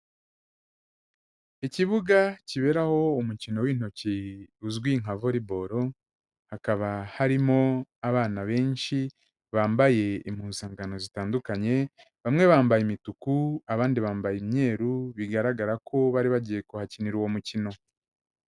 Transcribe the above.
Ikibuga kiberaho umukino w'intoki uzwi nka voriboro, hakaba harimo abana benshi, bambaye impuzangano zitandukanye. Bamwe bambaye imituku abandi bambaye imyeru, bigaragara ko bari bagiye kuhakinira uwo mukino.